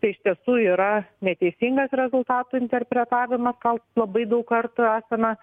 tai iš tiesų yra neteisingas rezultatų interpretavimas ką labai daug kartų esame